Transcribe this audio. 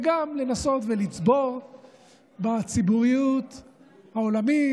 וגם לנסות ולצבור בציבוריות העולמית,